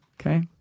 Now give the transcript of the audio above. okay